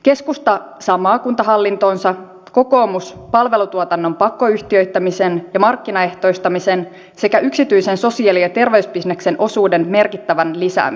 keskusta saa maakuntahallintonsa kokoomus palvelutuotannon pakkoyhtiöittämisen ja markkinaehtoistamisen sekä yksityisen sosiaali ja terveysbisneksen osuuden merkittävän lisäämisen